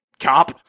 cop